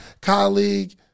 colleague